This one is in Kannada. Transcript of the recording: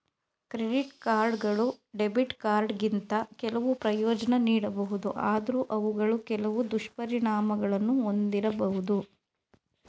ಕ್ರೆಡಿಟ್ ಕಾರ್ಡ್ಗಳು ಡೆಬಿಟ್ ಕಾರ್ಡ್ಗಿಂತ ಕೆಲವು ಪ್ರಯೋಜ್ನ ನೀಡಬಹುದು ಆದ್ರೂ ಅವುಗಳು ಕೆಲವು ದುಷ್ಪರಿಣಾಮಗಳನ್ನು ಒಂದಿರಬಹುದು